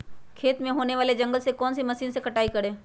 खेत में होने वाले जंगल को कौन से मशीन से कटाई करें?